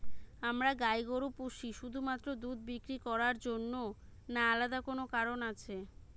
আমরা গাই গরু পুষি শুধুমাত্র দুধ বিক্রি করার জন্য না আলাদা কোনো কারণ আছে?